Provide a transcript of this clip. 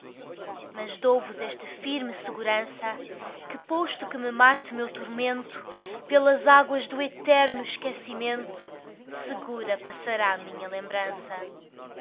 mas dou vos esta firme segurança que posto que me mate meu tormento pelas águas do eterno esquecimento segura passará minha lembrança